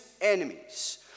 enemies